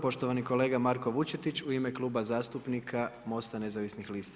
Poštovani kolega Marko Vučetić u ime Kluba zastupnika MOST-a nezavisnih lista.